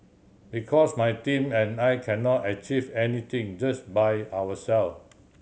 because my team and I cannot achieve anything just by ourselves